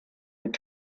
mit